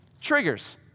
Triggers